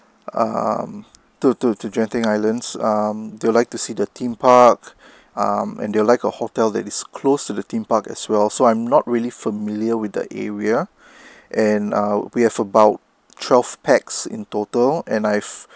um to to to genting islands um they would like to see the theme park um and they would like a hotel that is close to the theme park as well so I'm not really familiar with the area and uh we have about twelve packs in total and I've